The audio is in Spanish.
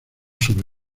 sobre